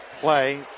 play